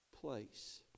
place